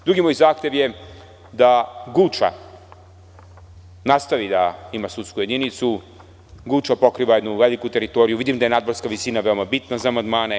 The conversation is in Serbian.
Drugi moj zahtev jeste da Guča nastavi da ima sudsku jedinicu, Guča pokriva jednu veliku teritoriju, jer vidim da je nadmorska visina veoma bitna za amandmane.